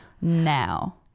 now